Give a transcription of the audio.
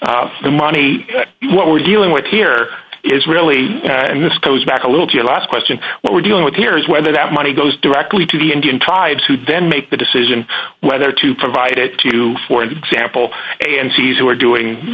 the money what we're dealing with here is really and this goes back a little to your last question what we're dealing with here is whether that money goes directly to the indian types who then make the decision whether to provide it to for example and seize who are